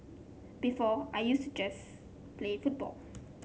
before I used to just play football